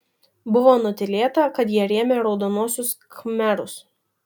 buvo nutylėta kad jie rėmė raudonuosius khmerus